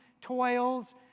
toils